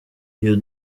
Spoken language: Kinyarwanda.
iyo